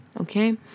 Okay